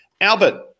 Albert